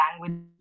language